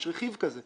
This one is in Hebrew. יש רכיב כזה.